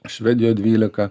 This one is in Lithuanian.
švedijoj dvylika